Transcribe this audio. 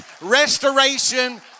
restoration